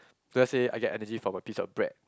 let's say I get energy from a piece of bread